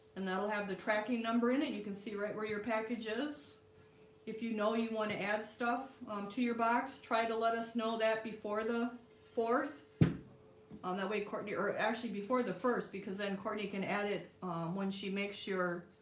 and that'll have the tracking number in it. you can see right where your package is if you know you want to add stuff, um to your box try to let us know that before the fourth on that way courtney or actually before the first because then courtney can add it. um when she makes your